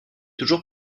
toujours